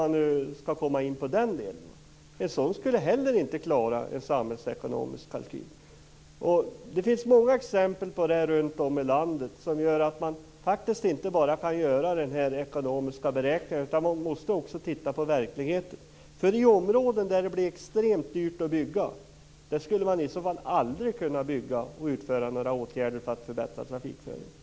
De skulle heller inte klara en samhällsekonomisk kalkyl. Det finns många sådana exempel runt om i landet där man inte bara kan göra ekonomiska beräkningar utan också måste titta på verkligheten. I områden där det blir extremt dyrt att bygga skulle man i så fall aldrig kunna bygga och vidta några åtgärder för att förbättra trafikförhållandena.